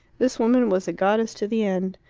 this woman was a goddess to the end.